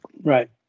Right